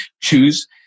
choose